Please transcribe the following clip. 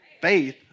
Faith